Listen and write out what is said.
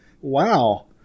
Wow